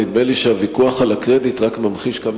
נדמה לי שהוויכוח על הקרדיט רק ממחיש כמה